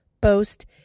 boast